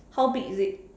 how big is it